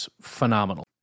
phenomenal